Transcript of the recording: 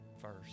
first